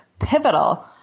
pivotal